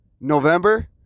november